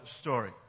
story